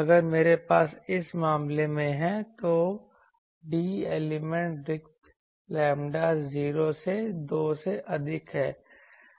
अगर मेरे पास इस मामले में है तो d एलिमेंट रिक्ति लैम्ब्डा 0 से 2 से अधिक है